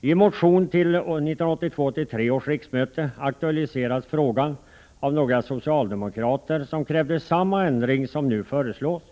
I en motion till 1982/83 års riksmöte aktualiserades frågan av några socialdemokrater, som krävde samma ändring som nu föreslås.